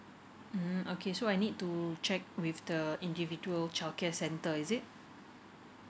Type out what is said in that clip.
mm okay so I need to check with the individual childcare center is it